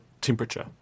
temperature